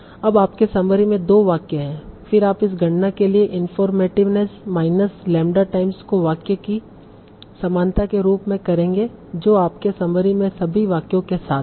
अब आपके समरी में दो वाक्य हैं फिर आप इस गणना के लिए इनफॉरमेटिवनेस माइनस लैम्ब्डा टाइम्स को वाक्य की समानता के रूप में करेंगे जो आपके समरी में सभी वाक्यों के साथ है